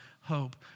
hope